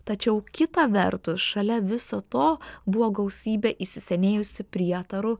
tačiau kita vertus šalia viso to buvo gausybė įsisenėjusių prietarų